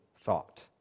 thought